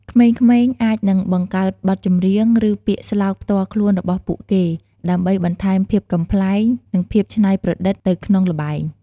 ក្មេងៗអាចនឹងបង្កើតបទចម្រៀង ឬពាក្យស្លោកផ្ទាល់ខ្លួនរបស់ពួកគេ ដើម្បីបន្ថែមភាពកំប្លែង និងភាពច្នៃប្រឌិតទៅក្នុងល្បែង។